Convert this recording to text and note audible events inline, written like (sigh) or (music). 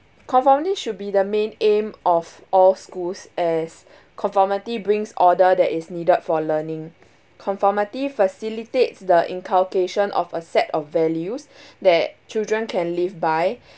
conformity should be the main aim of all schools as (breath) conformity brings order that is needed for learning conformity facilitates the inculcation of a set of values (breath) that children can live by (breath)